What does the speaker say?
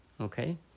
okay